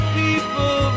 people